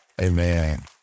Amen